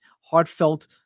heartfelt